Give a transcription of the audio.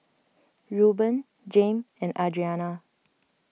Reuben Jame and Adriana